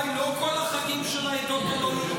אולי לא כל החגים של העדות הלא-יהודיות,